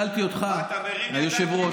מה אתה מרים ידיים כאילו שאתה מהאו"ם?